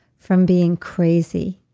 from being crazy,